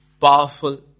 powerful